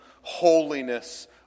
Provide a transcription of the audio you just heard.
holiness